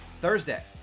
Thursday